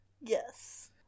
Yes